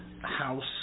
house